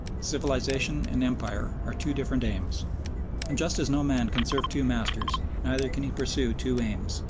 civilisation and empire are two different aims and just as no man can serve two masters, neither can he pursue two aims,